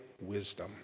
wisdom